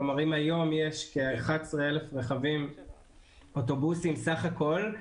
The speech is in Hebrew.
כלומר אם היום יש כ-11,000 רכבים אוטובוסים סך הכול,